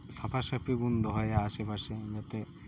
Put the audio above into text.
ᱥᱟᱯᱷᱟ ᱥᱟᱹᱯᱷᱤ ᱵᱚᱱ ᱫᱚᱦᱚᱭᱟ ᱟᱥᱮ ᱯᱟᱥᱮ ᱡᱟᱛᱮ